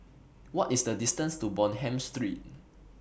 What IS The distance to Bonham Street